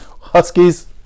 Huskies